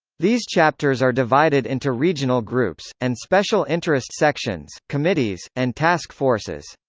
these chapters are divided into regional groups, and special interest sections, committees, and task forces.